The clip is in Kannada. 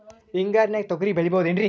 ಹಿಂಗಾರಿನ್ಯಾಗ ತೊಗ್ರಿ ಬೆಳಿಬೊದೇನ್ರೇ?